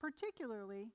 particularly